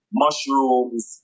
mushrooms